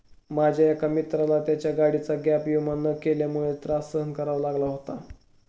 माझ्या एका मित्राला त्याच्या गाडीचा गॅप विमा न केल्यामुळे त्रास सहन करावा लागला होता